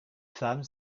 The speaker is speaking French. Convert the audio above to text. femme